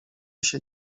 się